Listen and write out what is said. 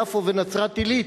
יפו ונצרת-עילית.